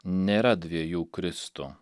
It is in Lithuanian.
nėra dviejų kristų